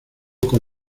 con